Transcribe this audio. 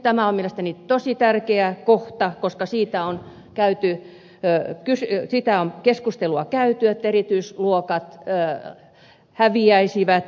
tämä on mielestäni tosi tärkeä kohta koska siitä on keskustelua käyty että erityisluokat häviäisivät vähenisivät